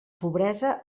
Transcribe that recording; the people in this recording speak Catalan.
pobresa